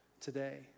today